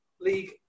league